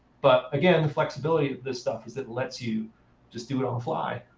but again, the flexibility of this stuff is it lets you just do it on the fly.